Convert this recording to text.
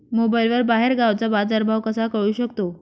मोबाईलवर बाहेरगावचा बाजारभाव कसा कळू शकतो?